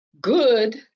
good